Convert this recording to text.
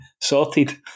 sorted